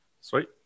Sweet